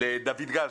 גל.